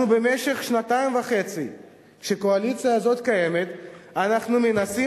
במשך השנתיים וחצי שהקואליציה הזאת קיימת אנחנו מנסים